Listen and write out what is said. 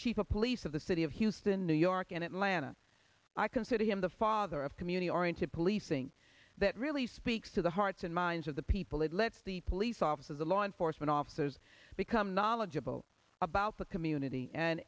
chief of police of the city of houston new york and atlanta i consider him the father of community oriented policing that really speaks to the hearts and minds of the people it lets the police officers the law enforcement officers become knowledgeable about the community and